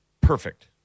perfect